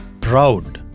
proud